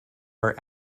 are